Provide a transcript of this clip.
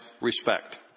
respect